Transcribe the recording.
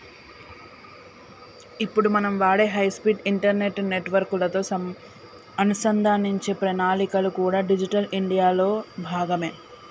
ఇప్పుడు మనం వాడే హై స్పీడ్ ఇంటర్నెట్ నెట్వర్క్ లతో అనుసంధానించే ప్రణాళికలు కూడా డిజిటల్ ఇండియా లో భాగమే